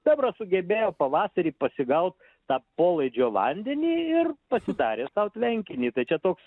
bebras sugebėjo pavasarį pasigaut tą polaidžio vandenį ir pasidarė sau tvenkinį tai čia toks